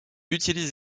utilise